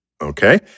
Okay